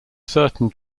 certain